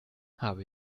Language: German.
habe